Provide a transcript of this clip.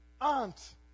aunt